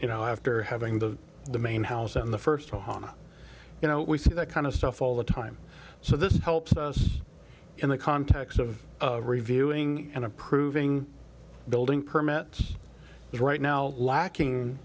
you know after having the the main house and the first haha you know we see that kind of stuff all the time so this helps us in the context of reviewing and approving building permits is right now lacking